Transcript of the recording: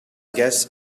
guess